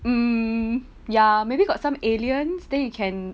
mm ya maybe got some aliens then you can